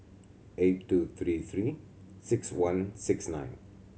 eight two three Three Six One six nine